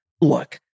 look